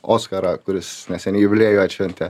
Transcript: oskarą kuris neseniai jubiliejų atšventė